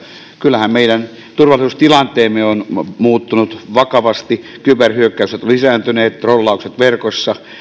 kyllähän meidän turvallisuustilanteemme on muuttunut vakavasti kyberhyökkäykset ovat lisääntyneet trollaukset verkossa